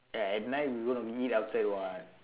eh at night we going to outside [what]